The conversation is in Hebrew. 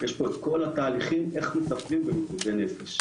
יש פה את כל התהליכים איך מטפלים במתמודדי נפש.